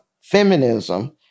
feminism